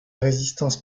résistance